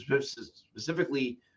specifically